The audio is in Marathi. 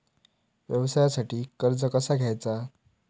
व्यवसायासाठी कर्ज कसा घ्यायचा?